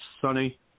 sunny